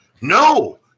no